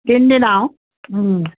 তিনিদিনা আৰু